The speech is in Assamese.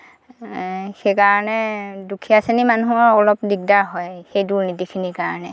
সেইকাৰণে দুখীয়া শ্ৰেণীৰ মানুহৰ অলপ দিগদাৰ হয় সেই দুৰ্নীতিখিনিৰ কাৰণে